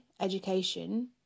education